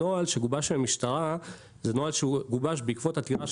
הנוהל שגובש מהמשטרה זה נוהל שהוא גובש בעקבות עתירה